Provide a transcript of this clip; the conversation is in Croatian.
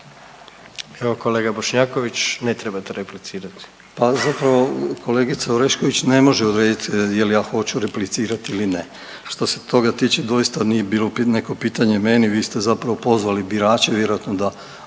Evo kolega Bošnjaković ne trebate replicirati. **Bošnjaković, Dražen (HDZ)** Pa zapravo kolegica Orešković ne može odrediti jel ja hoću replicirati ili ne. Što se toga tiče doista nije bilo neko pitanje meni, vi ste zapravo pozvali birače vjerojatno da